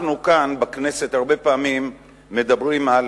אנחנו כאן, בכנסת, הרבה פעמים מדברים על